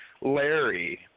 Larry